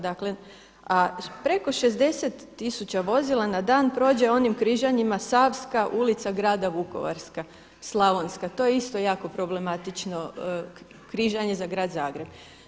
Dakle a preko 60 tisuća vozila na dan prođe onim križanjima Savska-Ulica Grada Vukovara, Slavonska, to je isto problematično križanje za grad Zagreb.